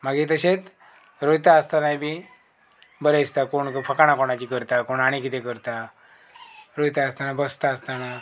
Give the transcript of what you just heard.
मागीर तशेंत रोयता आसतनाय बी बरें दिसता कोण फकाणां कोणाची करता कोण आणी कितें करता रोयता आसतना बसता आसतना